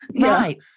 Right